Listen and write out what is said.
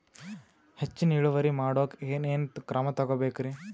ಹೆಚ್ಚಿನ್ ಇಳುವರಿ ಮಾಡೋಕ್ ಏನ್ ಏನ್ ಕ್ರಮ ತೇಗೋಬೇಕ್ರಿ?